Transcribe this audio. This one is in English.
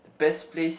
best place